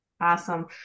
Awesome